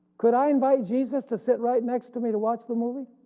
could i invite jesus to sit right next to me to watch the movie?